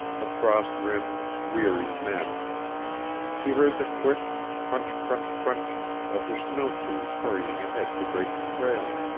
the frost-rimed, weary men she heard the quick crunch, crunch, crunch of the snow-shoes hurrying ahead to break the trail